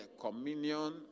communion